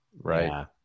right